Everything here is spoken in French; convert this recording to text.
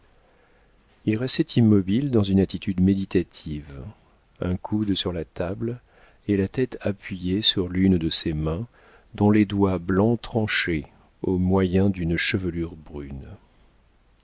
il restait immobile dans une attitude méditative un coude sur la table et la tête appuyée sur l'une de ses mains dont les doigts blancs tranchaient au milieu d'une chevelure brune